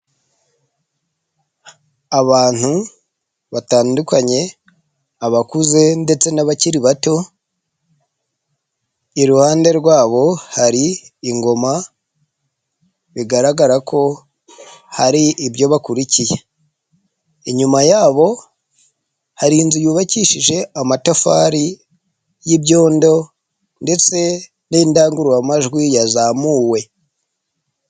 Abantu batandukanye abakuze ndetse n'abakiri bato iruhande rwabo hari ingoma bigaragara ko hari ibyo bakurikiye. Inyuma yabo hari inzu yubakishije amatafari y'ibyondo ndetse n'indangururamajwi yazamuwe.